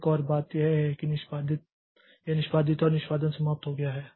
एक और बात यह है कि यह निष्पादित है और निष्पादन समाप्त हो गया है